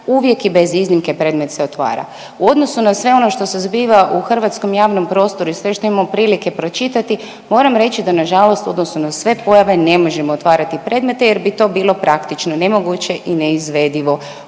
uvijek i bez iznimke predmet se otvara. U odnosu na sve ono što se zbiva u hrvatskom javnom prostoru i sve što imamo prilike pročitati moram reći da nažalost u odnosu na sve pojave ne možemo otvarati predmete jer bi to bilo praktično nemoguće i neizvedivo